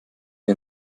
wie